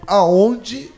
aonde